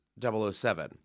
007